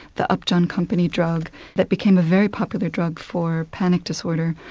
the upton company drug that became a very popular drug for panic disorder,